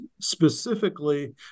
specifically